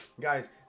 Guys